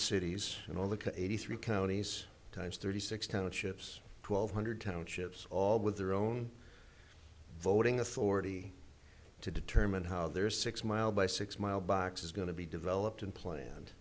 cities and all the eighty three counties times thirty six kind of ships twelve hundred townships all with their own voting authority to determine how their six mile by six mile box is going to be developed and planned